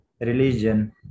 religion